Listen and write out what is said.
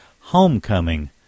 Homecoming